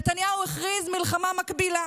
נתניהו הכריז מלחמה מקבילה